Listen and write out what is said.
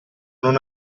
non